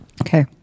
Okay